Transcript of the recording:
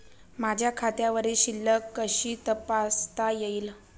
माझ्या खात्यावरील शिल्लक कशी तपासता येईल?